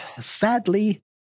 Sadly